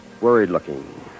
worried-looking